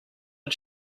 did